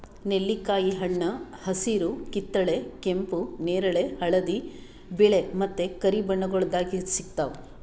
ನೆಲ್ಲಿಕಾಯಿ ಹಣ್ಣ ಹಸಿರು, ಕಿತ್ತಳೆ, ಕೆಂಪು, ನೇರಳೆ, ಹಳದಿ, ಬಿಳೆ ಮತ್ತ ಕರಿ ಬಣ್ಣಗೊಳ್ದಾಗ್ ಸಿಗ್ತಾವ್